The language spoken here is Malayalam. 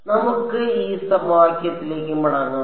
അതിനാൽ നമുക്ക് ഈ സമവാക്യത്തിലേക്ക് മടങ്ങാം